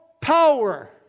power